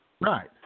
Right